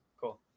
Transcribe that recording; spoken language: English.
cool